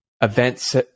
events